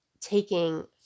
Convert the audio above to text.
taking